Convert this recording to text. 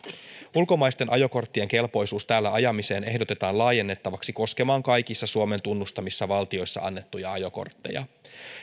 ulkomaisten ajokorttien kelpoisuus täällä ajamiseen ehdotetaan laajennettavaksi koskemaan kaikissa suomen tunnustamissa valtioissa annettuja ajokortteja